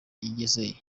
yizeye